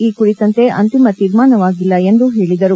ಈ ಕುರಿತಂತೆ ಅಂತಿಮ ತೀರ್ಮಾನವಾಗಿಲ್ಲ ಎಂದು ಹೇಳಿದರು